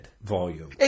volume